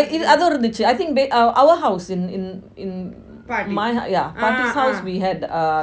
uh அதுவும் இருந்துச்சி:athuvum irunthuchi I think b~ uh our house in in in my yeah பாட்டி:paati house uh we had